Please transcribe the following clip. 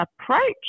approach